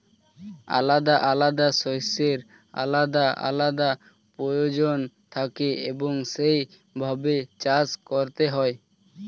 আলাদা আলাদা শস্যের আলাদা আলাদা প্রয়োজন থাকে এবং সেই ভাবে চাষ করতে হয়